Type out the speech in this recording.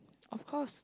of course